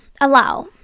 Allow